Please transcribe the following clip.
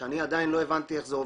שאני עדיין לא הבנתי איך זה עובד.